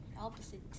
opposite